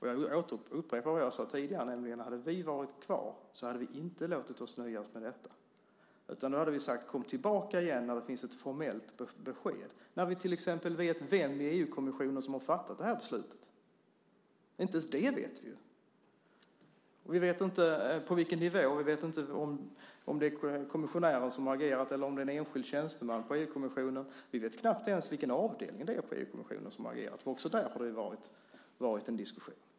Jag upprepar vad jag sade tidigare, nämligen att om vi varit kvar hade vi inte låtit oss nöja med detta. Då hade vi sagt: Kom tillbaka när det finns ett formellt besked, när vi till exempel vet vem i EU-kommissionen som har fattat det här beslutet. Inte ens det vet vi ju. Och vi vet inte på vilken nivå det skett, om det är kommissionären som har agerat eller en enskild tjänsteman på EU-kommissionen. Vi vet knappt ens vilken avdelning på EU-kommissionen det är som har agerat. Också där har det ju varit en diskussion.